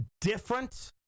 different